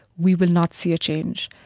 we will not see a change.